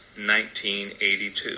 1982